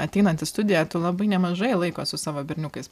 ateinant į studiją tu labai nemažai laiko su savo berniukais